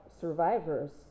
survivors